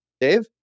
Dave